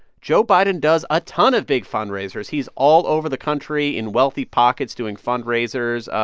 joe biden does a ton of big fundraisers. he's all over the country in wealthy pockets doing fundraisers.